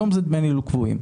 היום זה דמי ניהול קבועים.